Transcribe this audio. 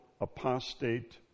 apostate